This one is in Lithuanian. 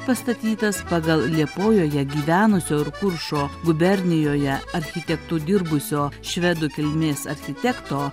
pastatytas pagal liepojoje gyvenusio ir kuršo gubernijoje architektu dirbusio švedų kilmės architekto